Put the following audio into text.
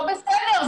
לא בסדר,